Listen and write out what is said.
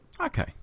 Okay